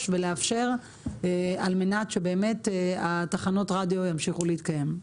ולאפשר על מנת שתחנות הרדיו ימשיכו להתקיים.